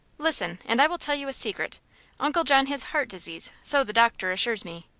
listen, and i will tell you a secret uncle john has heart disease, so the doctor assures me.